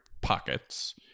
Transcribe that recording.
pockets